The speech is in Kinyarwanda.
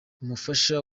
umufasha